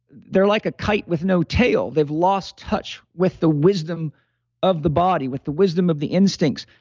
they're like a kite with no tail. they've lost touch with the wisdom of the body. with the wisdom of the instincts.